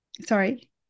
sorry